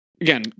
again